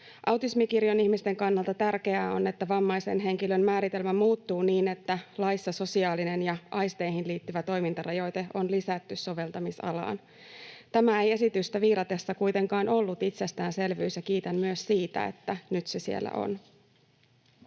Autismikirjon ihmisten kannalta tärkeää on, että vammaisen henkilön määritelmä muuttuu niin, että laissa sosiaalinen ja aisteihin liittyvä toimintarajoite on lisätty soveltamis-alaan. Tämä ei esitystä viilatessa kuitenkaan ollut itsestäänselvyys, ja kiitän myös siitä, että nyt se siellä on.